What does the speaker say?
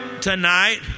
tonight